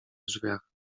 drzwiach